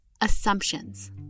assumptions